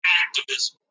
activism